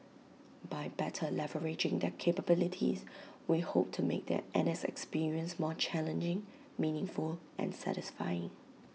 by better leveraging their capabilities we hope to make their N S experience more challenging meaningful and satisfying